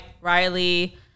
Riley